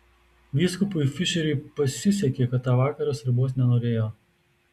vyskupui fišeriui pasisekė kad tą vakarą sriubos nenorėjo